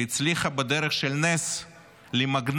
שהצליחה בדרך של נס למגנט